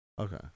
Okay